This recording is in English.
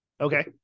Okay